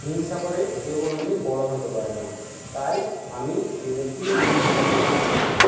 হিংসা করে কেউ কোনো দিন বড় হতে পারে না তাই আমি এদেরকেই গুরু হিসাবে মনে করি